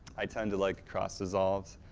i tend to like cross-dissolves,